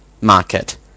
market